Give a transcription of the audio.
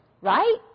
right